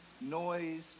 noise